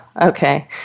okay